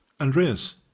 andreas